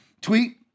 Tweet